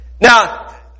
Now